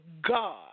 God